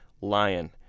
Lion